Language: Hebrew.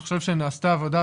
אני חושב שנעשתה עבודה,